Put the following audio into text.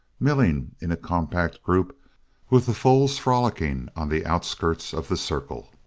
milling in a compact group with the foals frolicking on the outskirts of the circle.